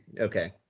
okay